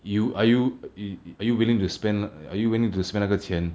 you are you you are you willing to spend are you willing to spend 那个钱